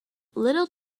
little